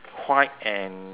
white and